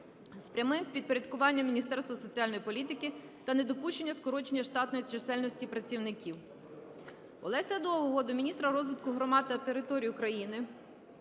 прямим підпорядкуванням Міністерству соціальної політики та недопущення скорочення штатної чисельності працівників. Олеся Довгого до міністра розвитку громад та територій України